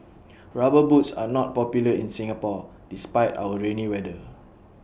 rubber boots are not popular in Singapore despite our rainy weather